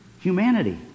Humanity